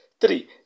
Three